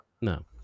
No